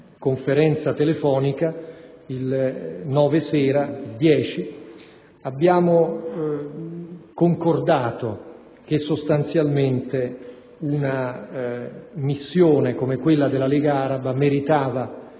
conferenza telefonica il 10 maggio abbiamo concordato che, sostanzialmente, una missione come quella della Lega araba meritava